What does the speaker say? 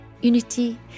Unity